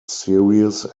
series